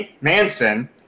Manson